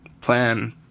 plan